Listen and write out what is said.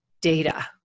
data